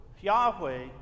Yahweh